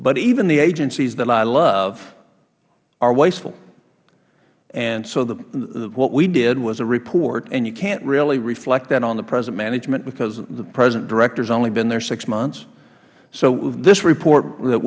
but even the agencies that i love are wasteful what we did was a report and you cant really reflect that on the present management because the present director has only been there six months so this report that